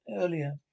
earlier